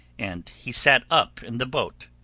and he sat up in the boat.